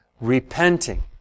Repenting